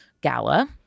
gala